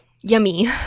yummy